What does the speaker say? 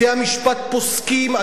בתי-המשפט פוסקים,